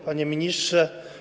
Panie Ministrze!